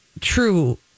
true